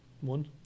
One